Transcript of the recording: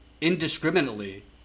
indiscriminately